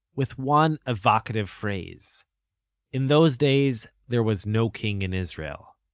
with one, evocative, phrase in those days, there was no king in israel.